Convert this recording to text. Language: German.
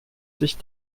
sich